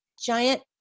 giant